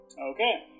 Okay